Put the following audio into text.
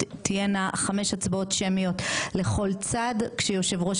תהיינה חמש הצבעות שמיות לכל צד כשיושב-ראש